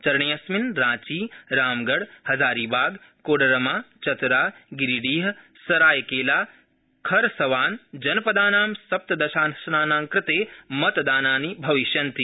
चरणेऽस्मिन् रांची रामगढ हजारीबाग कोडरमा चतरा गिरीडीह सरायकेला खरसवान जनपदानां सप्तदशासनानां कृते मतदानानि भविष्यन्ति